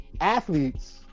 athletes